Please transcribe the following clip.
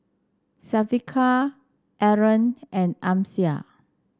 Syafiqah Aaron and Amsyar